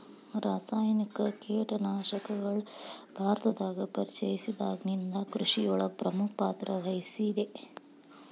ರಾಸಾಯನಿಕ ಕೇಟನಾಶಕಗಳು ಭಾರತದಾಗ ಪರಿಚಯಸಿದಾಗನಿಂದ್ ಕೃಷಿಯೊಳಗ್ ಪ್ರಮುಖ ಪಾತ್ರವಹಿಸಿದೆ